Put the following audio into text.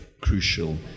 crucial